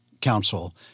council